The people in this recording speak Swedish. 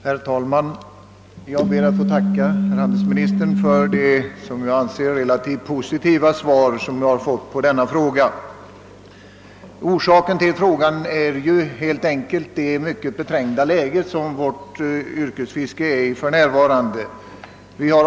Herr talman! Jag ber att få tacka handelsministern för det — som jag anser — relativt positiva svaret. Anledningen till att jag ställt frågan är att våra yrkesfiskare för närvarande befinner sig i ett mycket beträngt läge.